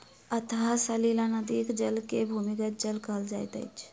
अंतः सलीला नदीक जल के भूमिगत जल कहल जाइत अछि